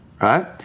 Right